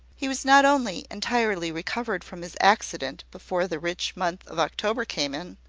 he was not only entirely recovered from his accident before the rich month of october came in,